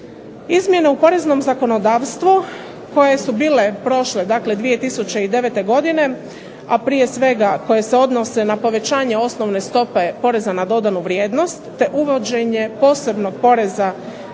Izmjene u poreznom zakonodavstvu koje su bile prošle, dakle 2009. godine a prije svega koje se odnose na povećanje osnovne stope poreza na dodanu vrijednost, te uvođenje posebno poreza